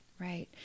Right